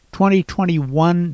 2021